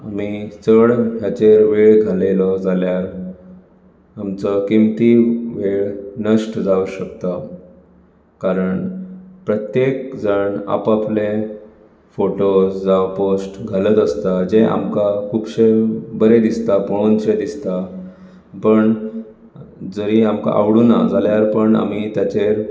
आमी चड हाचेर वेळ घालयलो जाल्यार आमचो किंमती वेळ नश्ट जावंक शकता कारण प्रत्येक जाण आप आपलें फोटोज जावं पोस्ट घालत आसता जें आमकां खुबशें बरें दिसता पळोवन शें दिसता पूण जरी आमकां आवडूंक ना जाल्यार पूण आमी ताचेर